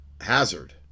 hazard